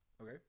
Okay